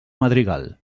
madrigal